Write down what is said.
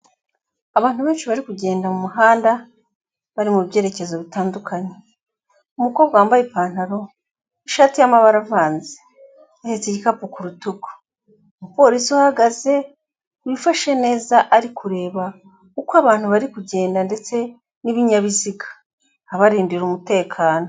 Abantu benshi bari kugenda mu muhanda bari mu byerekezo bitandukanye. Umukobwa wambaye ipantaro n'ishati y'amabara avanze ahetse igikapu ku rutugu, umupolisi uhagaze wifashe neza ari kureba uko abantu bari kugenda ndetse n'ibinyabiziga abarindira umutekano.